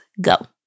go